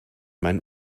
mein